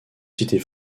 cités